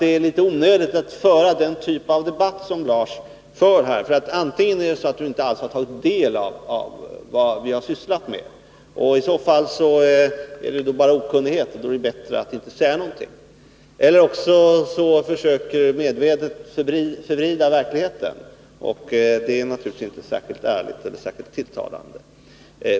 Det är litet onödigt att föra den typen av debatt som Lars Ulander för här. Antingen har han inte alls tagit del av vad vi har sysslat med — i så fall är det bara fråga om okunnighet, och då är det bättre att inte säga någonting — eller också försöker han medvetet förvrida verkligheten, och det är naturligtvis inte särskilt ärligt eller särskilt tilltalande.